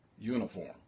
uniform